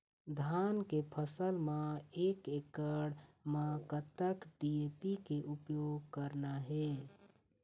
धान के फसल म एक एकड़ म कतक डी.ए.पी के उपयोग करना हे?